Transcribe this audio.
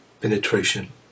penetration